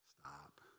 Stop